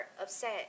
upset